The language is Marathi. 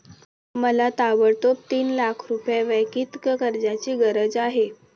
मला ताबडतोब तीन लाख रुपये वैयक्तिक कर्जाची गरज आहे